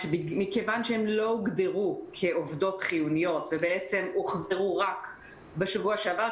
מכיוון שהן לא הוגדרו כעובדות חיוניות והוחזרו רק בשבוע שעבר,